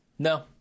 No